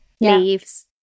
leaves